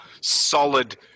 solid